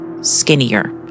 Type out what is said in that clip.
skinnier